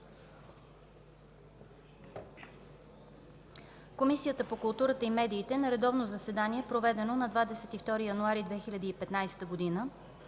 Комисията по културата и медиите на редовно заседание, проведено на 22 януари 2015 г.,